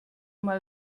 mal